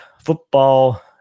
football